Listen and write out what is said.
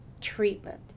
treatment